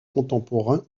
contemporains